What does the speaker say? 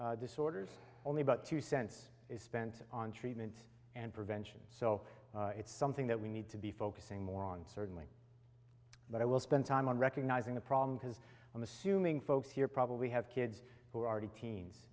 use disorders only about two cents is spent on treatment and prevention so it's something that we need to be focusing more on certainly but i will spend time on recognizing the problem because i'm assuming folks here probably have kids who are already teens